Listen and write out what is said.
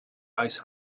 ice